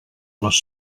les